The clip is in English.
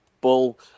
Bull